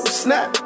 snap